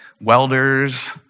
welders